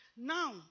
Now